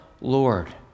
Lord